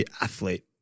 athlete